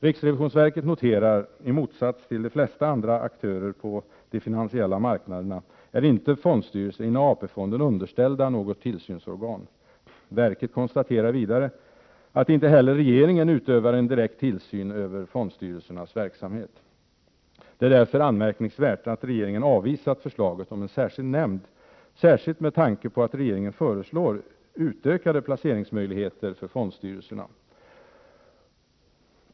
Riksrevisionsverket noterar att i motsats till de flesta andra aktörer på de finansiella marknaderna är inte fondstyrelserna inom AP-fonden underställda något tillsynsorgan. Verket konstaterar vidare att inte heller regeringen utövar en direkt tillsyn över fondstyrelsernas verksamhet. Det är därför anmärkningsvärt att regeringen avvisat förslaget om en särskild nämnd, speciellt med tanke på att regeringen föreslår utökade placeringsmöjligheter för fondstyrelserna.